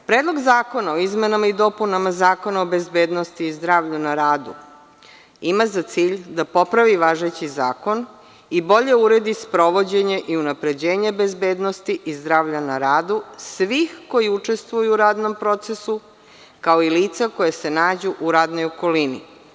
Predlog zakona o izmenama i dopunama Zakona o bezbednosti i zdravlja na radu ima za cilj da popravi važeći zakon i bolje uredi sprovođenje i unapređenje bezbednosti i zdravlja na radu svih koji učestvuju u radnom procesu, kao i lica koja se nađu u radnoj okolini.